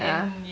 ah